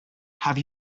have